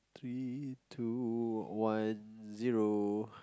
three two one zero